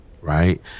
Right